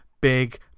big